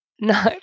No